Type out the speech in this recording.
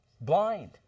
blind